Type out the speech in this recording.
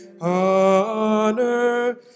honor